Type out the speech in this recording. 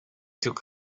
took